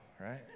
right